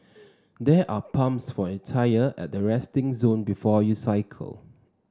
there are pumps for your tyres at the resting zone before you cycle